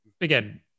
again